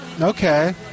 Okay